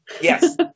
yes